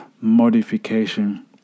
modification